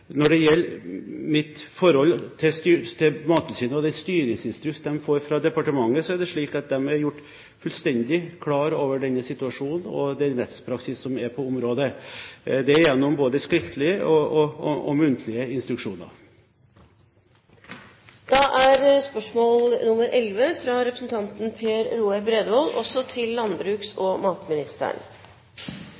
Når det gjelder mitt forhold til Mattilsynet og den styringsinstruks de får fra departementet, er det slik at de er gjort fullstendig klar over denne situasjonen og den rettspraksisen som er på området – både gjennom skriftlige og muntlige instruksjoner. Jeg ønsker å stille følgende spørsmål til landbruks- og matministeren: «Cirka 40 pst. av vårt jordbruksareal leies ut til